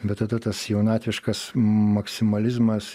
bet tada tas jaunatviškas maksimalizmas